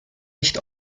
nicht